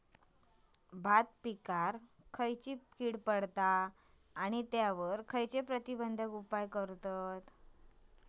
भात पिकांवर खैयची कीड पडता आणि त्यावर खैयचे प्रतिबंधक उपाय करतत?